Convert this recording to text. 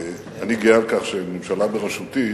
אני גאה על כך שממשלה בראשותי